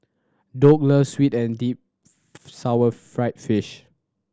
Doug loves sweet and deep sour deep fried fish